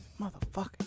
Motherfucker